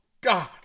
God